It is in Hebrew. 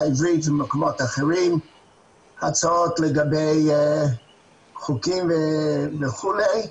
העברית ובמקומות אחרים ושמענו הצעות לגבי חוקים וכולי.